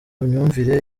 myumvire